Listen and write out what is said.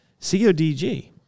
CODG